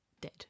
dead